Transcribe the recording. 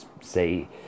say